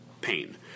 pain